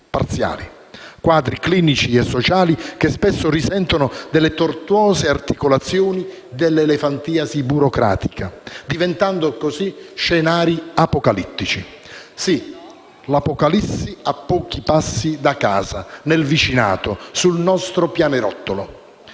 quadri clinici e sociali che spesso risentono delle tortuose articolazioni dell'elefantiasi burocratica, diventando così scenari apocalittici. Sì, abbiamo l'apocalisse a pochi passi da casa, nel vicinato, sul nostro pianerottolo.